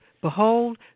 behold